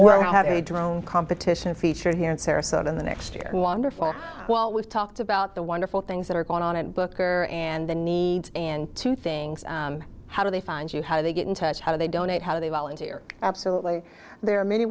a drone competition feature here in sarasota in the next year and wonderful while we've talked about the wonderful things that are going on in booker and the need and two things how do they find you how do they get in touch how do they donate how do they volunteer absolutely there are many